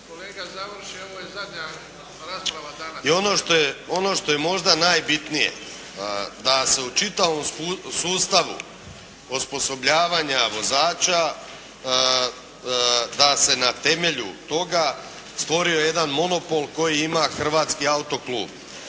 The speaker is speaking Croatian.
I ono što je možda najbitnije, da se u čitavom sustavu osposobljavanja vozača, da se na temelju toga stvorio jedan monopol koji ima Hrvatski autoklub.